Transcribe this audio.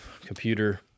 computer